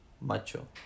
macho